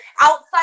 outside